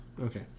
Okay